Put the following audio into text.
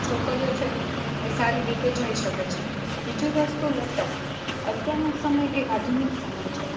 છોકરીઓ છે એ સારી રીતે જઈ શકે છે બીજી વસ્તુ લેપટોપ અત્યારનો સમય એ આધુનિક સમય છે